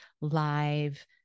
live